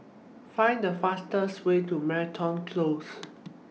Find The fastest Way to Moreton Close